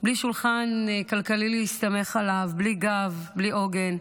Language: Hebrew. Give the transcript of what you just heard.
בלי שולחן כלכלי להסתמך עליו, בלי גב, בלי עוגן.